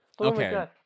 Okay